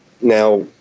Now